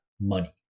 money